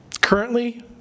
Currently